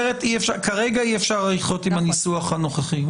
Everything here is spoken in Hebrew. כרגע אי אפשר לחיות עם הניסוח הנוכחי.